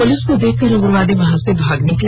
police को देख कर उग्रवादी वहां से भागने लगे